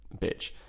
bitch